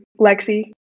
Lexi